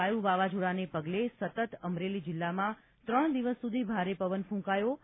વાયુ વાવાઝોડાને પગલે સતત અમરેલી જિલ્લામાં ત્રણ દિવસ સુધી ભારે પવન ફુકાયો હતો